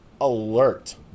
alert